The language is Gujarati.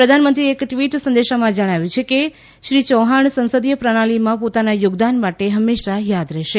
પ્રધાનમંત્રીએ એક ટ્વીટ સંદેશમાં જણાવ્યું છે કે શ્રી ચૌહાણ સંસદીય પ્રણાલીમાં પોતાના યોગદાન માટે હંમેશા યાદ રહેશે